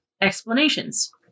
explanations